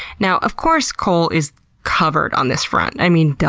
now, of course cole is covered on this front. i mean,